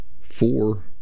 four